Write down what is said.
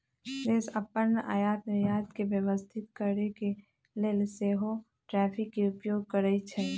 देश अप्पन आयात निर्यात के व्यवस्थित करके लेल सेहो टैरिफ के उपयोग करइ छइ